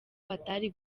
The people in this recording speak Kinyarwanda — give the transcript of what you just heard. batari